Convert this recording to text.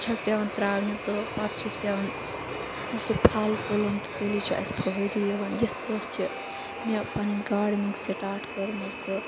چھس پیوان تراونہِ تہٕ پَتہٕ چھِس پیوان سُہ پھل تُلُن تہٕ تیٚلی چھ اَسہِ فٲیدٕ تہِ یِوان یِتھ پٲٹھۍ چھِ مےٚ پَنٕنۍ گاڈنِنگ سِٹاٹ کٔرمٕژ تہٕ